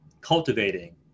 cultivating